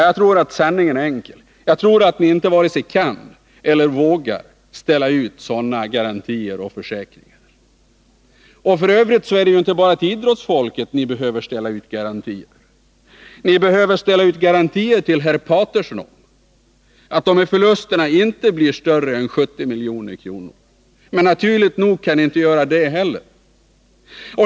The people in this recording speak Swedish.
Jag tror att sanningen är enkel: Ni varken kan eller vågar ställa ut sådana garantier och försäkringar. F. ö. är det inte bara till idrottsfolket som ni behöver ställa garantier. Ni behöver också ställa ut garantier till Sten Sture Paterson om att förlusterna inte blir större än 70 milj.kr. Men naturligt nog kan ni inte göra det heller.